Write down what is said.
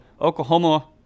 Oklahoma